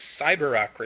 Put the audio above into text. Cyberocracy